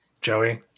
Joey